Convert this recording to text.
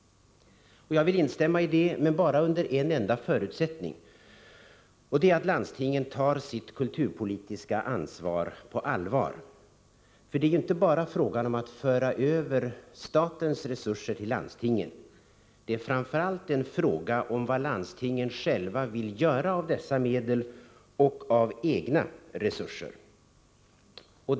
Jag vill instämma i detta men bara under en enda förutsättning, nämligen att landstingen tar sitt kulturpolitiska ansvar på allvar. För det är inte bara fråga om att föra över statens resurser till landstingen. Det är framför allt fråga om vad landstingen själva vill göra av dessa medel och av egna resurser.